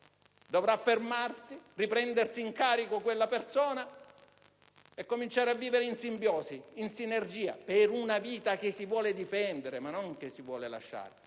dovrà fermarsi, riprendersi in carico quella persona e cominciare a vivere in simbiosi ed in sinergia per una vita che si vuole difendere e che non si vuole lasciare.